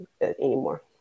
anymore